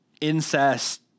incest